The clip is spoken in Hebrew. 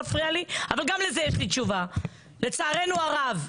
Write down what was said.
לצערנו הרב,